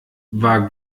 war